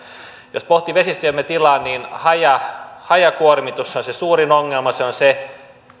jos pohtii vesistöjemme tilaa niin hajakuormitushan on se suurin ongelma se on se